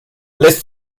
lässt